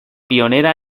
pionera